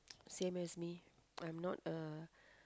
same as me I'm not a